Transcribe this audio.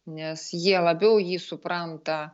nes jie labiau jį supranta